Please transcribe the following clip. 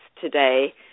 today